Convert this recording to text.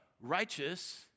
righteous